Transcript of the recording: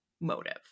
motive